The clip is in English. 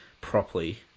properly